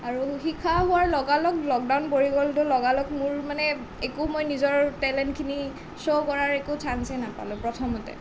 আৰু শিকা হোৱাৰ লগালগ লকডাউন পৰি গ'ল তো লগালগ মোৰ মানে একো মই নিজৰ টেলেণ্টখিনি শ্ব' কৰাৰ একো চাঞ্চেই নাপালোঁ প্ৰথমতে